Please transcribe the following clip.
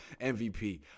MVP